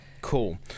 cool